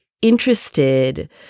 Interested